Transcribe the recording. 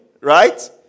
right